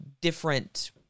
different